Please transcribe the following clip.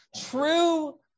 true